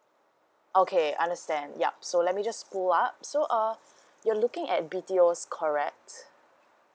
okay understand yup so let me just pull out so um you're looking at B_T_O correct